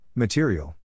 Material